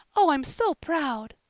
oh, i'm so proud!